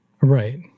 Right